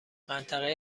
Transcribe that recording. منطقه